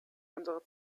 unsere